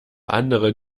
andere